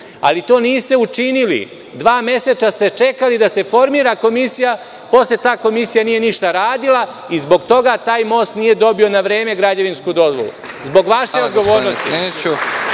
ali to niste učinili. Dva meseca ste čekali da se formira komisija, posle ta komisija nije ništa radila i zbog toga taj most nije na vreme dobio građevinsku dozvolu. Zbog vaše odgovornosti. Kako